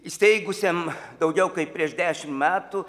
įsteigusiam daugiau kaip prieš dešim metų